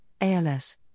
ALS